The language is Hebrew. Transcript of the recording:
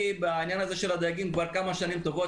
אני בעניין הזה של הדייגים כבר כמה שנים טובות,